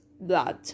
blood